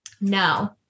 No